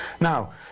Now